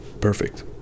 perfect